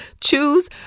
choose